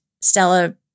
Stella